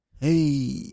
Hey